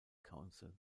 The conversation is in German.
council